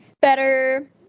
better